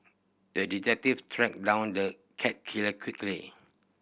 the detective tracked down the cat killer quickly